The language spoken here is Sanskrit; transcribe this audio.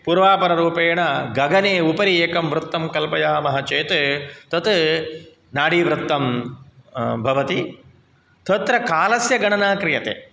पूर्वापररूपेण गगने उपरि एकं वृत्तं कल्पयामः चेत् तत् नाडीवृत्तं भवति तत्र कालस्य गणना क्रियते